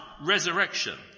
resurrection